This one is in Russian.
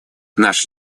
наш